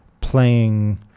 playing